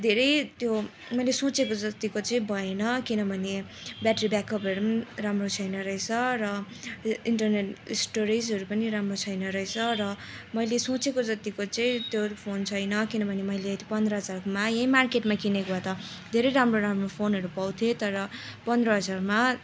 धेरै त्यो मैले सोचेको जतिको चाहिँ भएन किनभने ब्याट्री ब्याकअपहरू पनि राम्रो छैन रहेछ र इन्टरनेट स्टोरेजहरू पनि राम्रो छैन रहेछ र मैले सोचेको जतिको चाहिँ त्यो फोन छैन किनभने मैले पन्ध्र हजारमा त यहीँ मार्केटमा किनेको भए त धेरै राम्रो राम्रो फोनहरू पाउथिएँ तर पन्ध्र हजारमा